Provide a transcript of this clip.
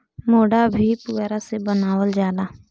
मोढ़ा भी पुअरा से बनावल जाला